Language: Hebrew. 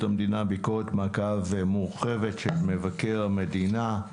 המדינה ביקורת מעקב מורחבת של מבקר המדינה.